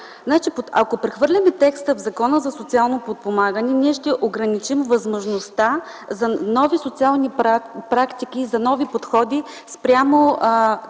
Ако прехвърлим текста в Закона за социално подпомагане, ние ще ограничим възможността за нови социални практики, за нови подходи спрямо